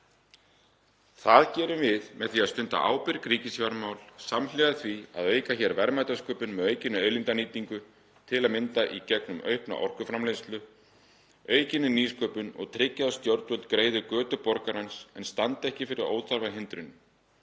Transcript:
Það gerum við með því að stunda ábyrg ríkisfjármál samhliða því að auka hér verðmætasköpun með aukinni auðlindanýtingu, til að mynda í gegnum aukna orkuframleiðslu, með aukinni nýsköpun og tryggja að stjórnvöld greiði götu borgarans en standi ekki fyrir óþarfahindrunum.